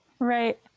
Right